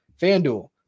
FanDuel